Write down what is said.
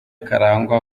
karangwa